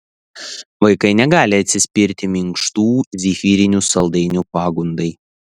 vaikai negali atsispirti minkštų zefyrinių saldainių pagundai